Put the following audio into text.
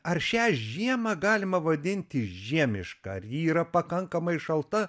ar šią žiemą galima vadinti žiemiška ar ji yra pakankamai šalta